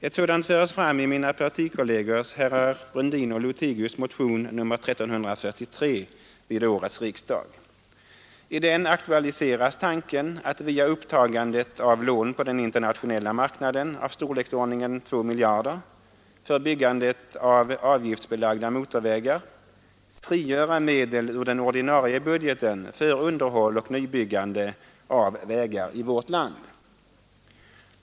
Ett sådant förs fram i mina partikolleger herrar Brundins och Lothigius motion nr 1343 vid årets riksdag. I den aktualiseras tanken att via upptagandet av lån på den internationella marknaden av storleksordningen två miljarder för byggande av avgiftsbelagda motorvägar frigöra medel ur den ordinarie budgeten för underhåll och nybyggande av vägar i vårt land.